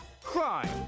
crime